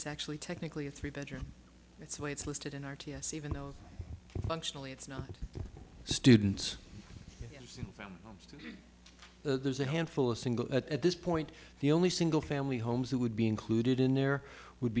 is actually technically a three bedroom that's why it's listed in r t s even though functionally it's not students from there's a handful of single at this point the only single family homes that would be included in there would